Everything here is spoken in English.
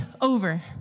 over